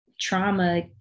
trauma